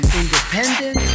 independent